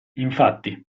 infatti